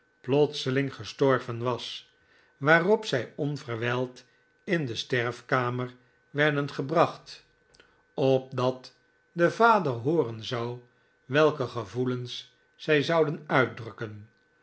plotseling gestorven was waarop zij onverwijld in de sterfkamer werden gebracht opdat de vader hooren zou welke gevoelens zij zouden uitdrukken